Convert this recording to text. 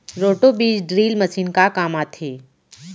Roto बीज drill machine का काम आथे?